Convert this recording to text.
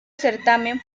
certamen